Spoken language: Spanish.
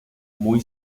muy